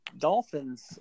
Dolphins